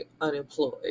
unemployed